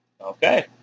Okay